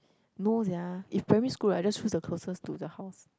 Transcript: no sia if primary school right I just choose the closest to the house